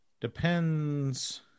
Depends